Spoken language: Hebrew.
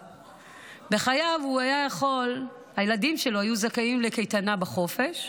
בחייו הילדים שלו היו זכאים לקייטנה בחופש,